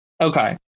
Okay